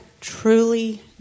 truly